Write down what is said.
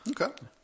Okay